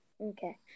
Okay